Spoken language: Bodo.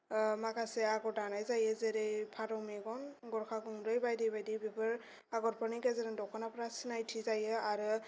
माखासे आगरखौ दानाय जायो जेरै फारौ मेगन गरखा गुन्दै बायदि बायदि बेफोर आगरफोरनि गेजेरजों दख'नाफोरा सिनायथि जायो आरो